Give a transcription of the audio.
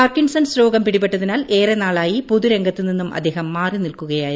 Parkinson's രോഗം പിടിപെട്ടതിനാൽ ഏറെ നാളായ പൊതുരംഗത്ത് നിന്നും അദ്ദേഹം മാറി നിൽക്കുകയായിരുന്നു